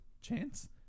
chance